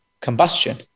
combustion